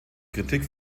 kritik